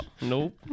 Nope